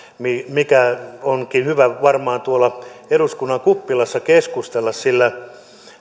mistä onkin varmaan hyvä tuolla eduskunnan kuppilassa keskustella sillä